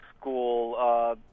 school